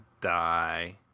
die